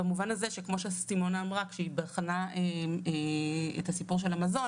במובן הזה שכמו שסימונה אמרה - כשהיא בחנה את הסיפור של המזון,